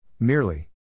Merely